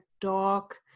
dark